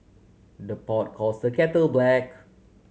the pot calls the kettle black